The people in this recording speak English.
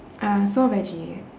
uh soul veggie